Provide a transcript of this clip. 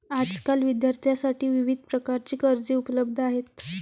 आजकाल विद्यार्थ्यांसाठी विविध प्रकारची कर्जे उपलब्ध आहेत